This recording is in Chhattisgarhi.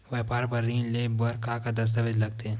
व्यापार बर ऋण ले बर का का दस्तावेज लगथे?